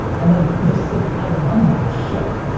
and like just sit, i love that shit.